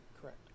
correct